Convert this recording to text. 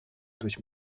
durch